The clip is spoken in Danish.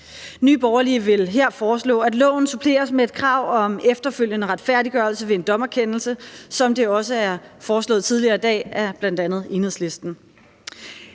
Nye Borgerlige vil her foreslå, at loven suppleres med krav om efterfølgende retfærdiggørelse ved en dommerkendelse, som det også er foreslået tidligere i dag af bl.a. Enhedslisten.